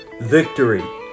Victory